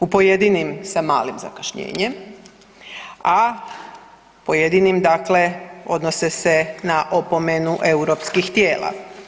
U pojedinim sa malim zakašnjenjem, a pojedinim dakle, odnose se na opomenu europskih tijela.